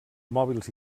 mòbils